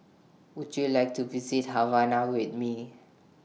Would YOU like to visit Havana with Me